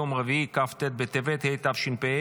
יום רביעי כ"ט בטבת התשפ"ה,